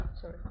Sorry